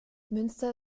münster